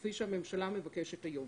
כפי שהממשלה מבקשת היום.